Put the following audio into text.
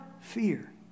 fear